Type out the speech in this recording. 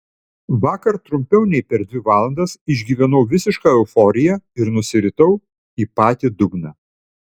vakar trumpiau nei per dvi valandas išgyvenau visišką euforiją ir nusiritau į patį dugną